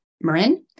Marin